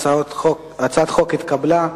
ההצעה להעביר את הצעת חוק לתיקון פקודת העיריות (מס' 120)